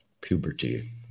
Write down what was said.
Puberty